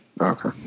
Okay